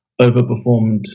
overperformed